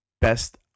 best